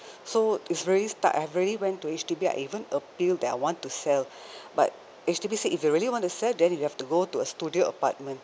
so it's very stuck I've already went to H_D_B I even appeal that I want to sell but H_D_B said if you really want to sell then if you have to go to a studio apartment